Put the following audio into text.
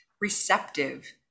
receptive